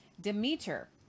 Demeter